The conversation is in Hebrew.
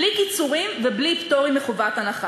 בלי קיצורים ובלי פטורים מחובת הנחה,